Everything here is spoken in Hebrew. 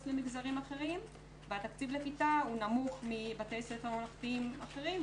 למגזרים אחרים והתקציב לכיתה נמוך מבתי ספר ממלכתיים אחרים,